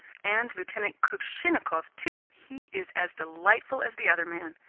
and lieutenant kuvshinnikov, too! he is as delightful as the other man.